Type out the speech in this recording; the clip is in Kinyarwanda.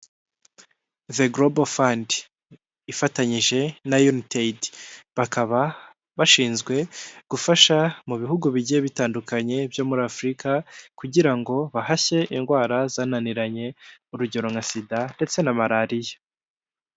The global fund ifatanyije na unitaid bakaba bashinzwe gufasha mu bihugu bigiye bitandukanye byo muri afurika kugira ngo bahashye indwara zananiranye urugero nka sida ndetse na malariya.